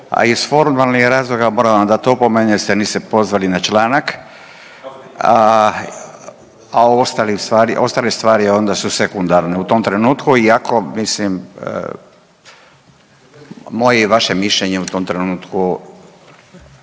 a iz formalnih razloga moram vam dati opomenu jer se niste pozvali na članak, a ostale stvari onda su sekundare u tom trenutku iako mislim, moje i vaše mišljenje u tom trenutku,